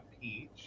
peach